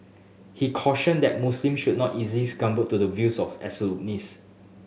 he cautioned that Muslims should not easily succumb to the views of absolutists